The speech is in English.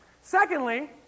Secondly